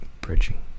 Bridging